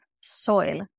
soil